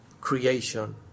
creation